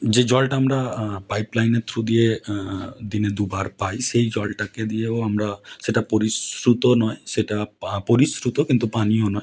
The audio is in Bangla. যে জলটা আমরা পাইপ লাইনের থ্রু দিয়ে দিনে দুবার পাই সেই জলটাকে দিয়েও আমরা সেটা পরিস্রুত নয় সেটা পরিস্রুত কিন্তু পানীয় নয়